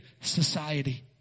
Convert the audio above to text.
society